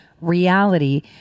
reality